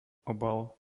obal